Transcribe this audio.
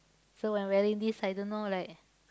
so when wearing this I don't know like